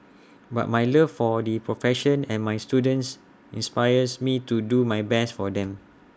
but my love for the profession and my students inspires me to do my best for them